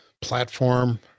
platform